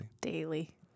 Daily